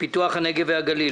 פיתוח הנגב והגליל.